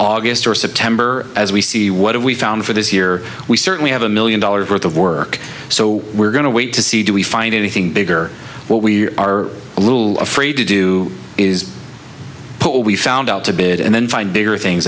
august or september as we see what we found for this year we certainly have a million dollars worth of work so we're going to wait to see do we find anything bigger what we are a little afraid to do is pull we found out to bid and then find bigger things